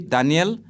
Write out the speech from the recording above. Daniel